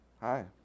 hi